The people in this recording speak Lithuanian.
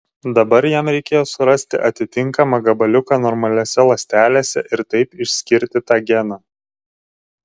dabar jam reikėjo surasti atitinkamą gabaliuką normaliose ląstelėse ir taip išskirti tą geną